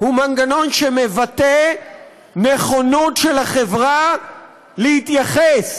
הוא מנגנון שמבטא נכונות של החברה להתייחס